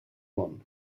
món